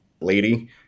lady